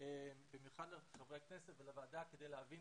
במיוחד לחברי הכנסת ולוועדה כדי להבין